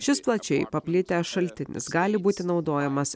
šis plačiai paplitęs šaltinis gali būti naudojamas